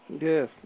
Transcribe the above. Yes